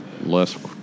less